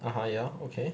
(uh huh) ya okay